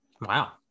wow